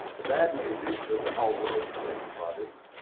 the bad news is that the whole world is affected by this.